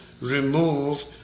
remove